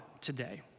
today